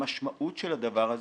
המשמעות של הדבר הזה,